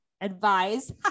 advise